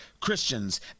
Christians